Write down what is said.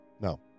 no